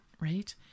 Right